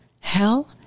hell